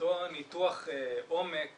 אותו הניתוח עומק